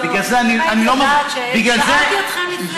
בגלל זה אני, אם הייתי יודעת, שאלתי אותך לפני.